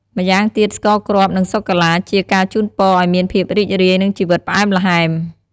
ម្យ៉ាងទៀតស្ករគ្រាប់ និងសូកូឡាជាការជូនពរឱ្យមានភាពរីករាយ និងជីវិតផ្អែមល្ហែម។